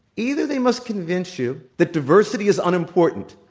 either they must convince you that diversity is unimportant,